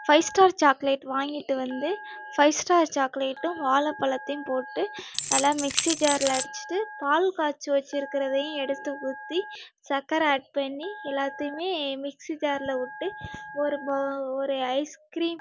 five star chocolate வாங்கிட்டு வந்து five star சாக்லேட்டும் வாழைப்பளத்தையும் போட்டு நல்லா மிக்ஸி ஜாரில் அடிச்சுட்டு பால் காய்ச்சி வச்சுருக்கதையும் எடுத்து ஊற்றி சர்க்கரை ஆட் பண்ணி எல்லாத்தையுமே மிக்ஸி ஜாரில் விட்டு ஒரு பௌ ஒரு ஐஸ்கிரீம்